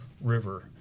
river